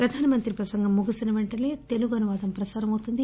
ప్రధానమంత్రి ప్రసంగం ముగిసిన పెంటసే తెలుగు అనువాదం ప్రసారం అవుతుంది